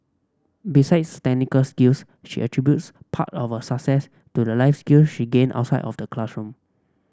besides technical skills she attributes part of her success to the life skill she gained outside of the classroom